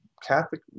Catholic